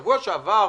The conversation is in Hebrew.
לפני שבועיים,